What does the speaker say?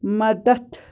مَدَتھ